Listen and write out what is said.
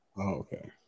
okay